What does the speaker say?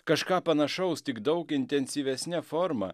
kažką panašaus tik daug intensyvesne forma